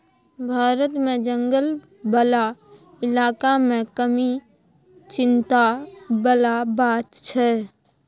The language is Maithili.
भारत मे जंगल बला इलाका मे कमी चिंता बला बात छै